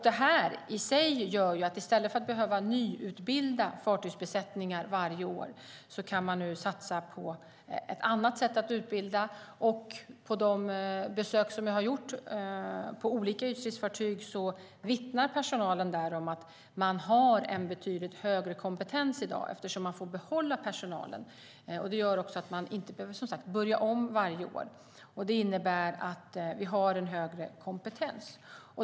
Detta i sig gör att i stället för att behöva nyutbilda fartygsbesättningar varje år kan man nu satsa på ett annat sätt att utbilda. Vid de besök som jag har gjort på olika ytstridsfartyg vittnar personalen där om att man i dag har en betydligt högre kompetens eftersom man får behålla personalen. Det gör att man inte behöver börja om varje år. Det innebär att vi har en högre kompetens.